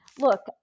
Look